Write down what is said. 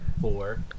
four